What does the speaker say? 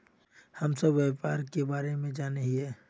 हम सब व्यापार के बारे जाने हिये?